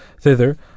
thither